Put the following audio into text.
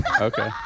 Okay